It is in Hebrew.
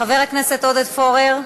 חבר הכנסת עודד פורר,